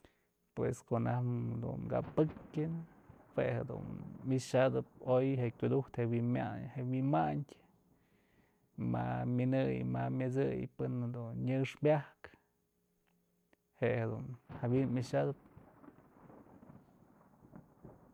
Pues konaj dun ka pëkyë jue jedun mixadëp oy je'e kyuduj je'e wynmyan je'e wymayndyë ma'a myënëy ma'a myët'sëy pën jedun nyëx myajkë je'e jedun jawi'in mmixatëp.